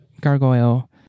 gargoyle